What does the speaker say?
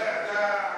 חד, לא?